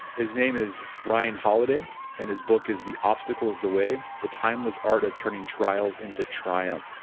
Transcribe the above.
his name is ryan holiday and his book is the obstacle is the way the timeless art of turning trials into triumph.